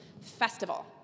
Festival